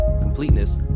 completeness